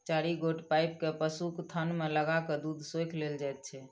चारि गोट पाइप के पशुक थन मे लगा क दूध सोइख लेल जाइत छै